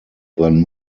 than